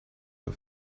its